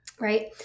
right